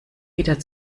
wieder